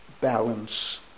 balance